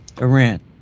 Iran